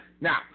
Now